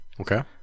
Okay